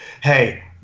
Hey